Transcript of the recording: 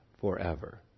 forever